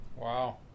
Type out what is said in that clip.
Wow